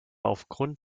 aufgrund